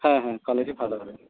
হ্যাঁ হ্যাঁ কোয়ালিটি ভালো হবে